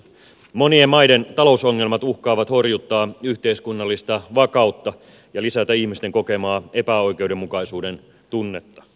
monien maiden talousongelmat uhkaavat horjuttaa yhteiskunnallista vakautta ja lisätä ihmisten kokemaa epäoikeudenmukaisuuden tunnetta